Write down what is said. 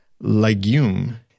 Legume